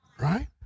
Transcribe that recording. right